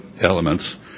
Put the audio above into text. elements